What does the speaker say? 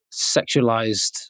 sexualized